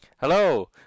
Hello